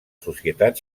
societat